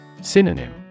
Synonym